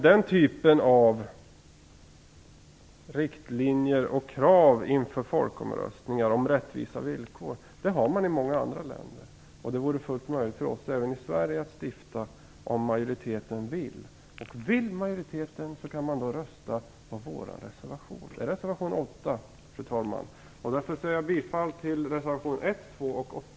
Den typen av riktlinjer och krav på rättvisa villkor ställer man inför folkomröstningar i många andra länder. Det vore fullt möjligt även i Sverige, om majoriteten vill det. Vill majoriteten det, då kan man rösta på vår reservation 8 Fru talman! Jag yrkar bifall till reservationerna 1,